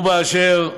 ואשר,